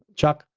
chuck,